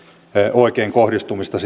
oikeinkohdistumista